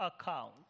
account